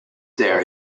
there